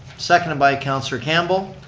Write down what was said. seconded by councilor campbell,